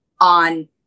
on